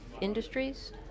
industries